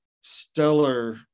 stellar